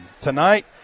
Tonight